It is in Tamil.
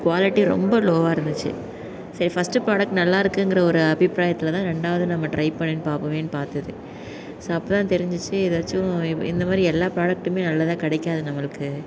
க்வாலிட்டி ரொம்ப லோவாக இருந்துச்சு சரி ஃபர்ஸ்ட்டு ப்ராடக்ட் நல்லா இருக்குங்கிற ஒரு அபிப்ராயத்தில் தான் ரெண்டாவது நம்ம ட்ரை பண்ணி பார்ப்போமேன் பார்த்தது ஸோ அப்போ தான் தெரிஞ்ச்சிச்சு எதாச்சும் இப்ப இந்த மாதிரி எல்லா ப்ராடக்ட்டுமே நல்லதா கிடைக்காது நம்மளுக்கு